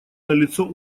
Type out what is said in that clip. налицо